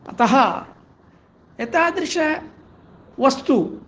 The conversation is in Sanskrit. अतः एतादृशवस्तुः